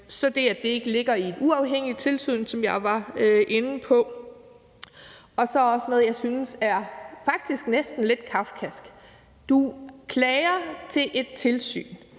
der det, at det ikke ligger i et uafhængigt tilsyn, som jeg var inde på. Så er der også noget, som jeg faktisk synes er lidt kafkask. Du klager til et tilsyn,